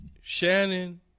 Shannon